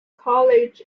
college